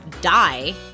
die